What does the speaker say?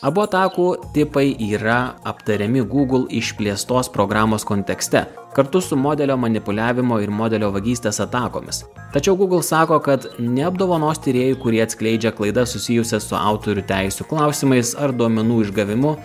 abu atakų tipai yra aptariami google išplėstos programos kontekste kartu su modelio manipuliavimo ir modelio vagystės atakomis tačiau google sako kad neapdovanos tyrėjų kurie atskleidžia klaidas susijusias su autorių teisių klausimais ar duomenų išgavimu